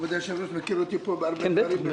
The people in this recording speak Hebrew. למה הורידו בן אדם שיש לו אישור